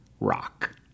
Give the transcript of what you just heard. rock